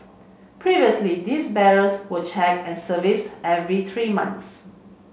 previously these barriers were checked and serviced every three months